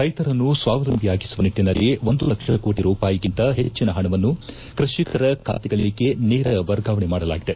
ರೈತರನ್ನು ಸ್ವಾವಲಂಬಿಯಾಗಿಸುವ ನಿಟ್ಟನಲ್ಲಿ ಲಕ್ಷ ಕೋಟ ರೂಪಾಯಿಗಿಂತ ಹೆಚ್ಚಿನ ಪಣವನ್ನು ಕೃಷಿಕರ ಖಾತೆಗಳಗೆ ನೇರ ವರ್ಗಾವಣೆ ಮಾಡಲಾಗಿದೆ